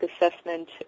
assessment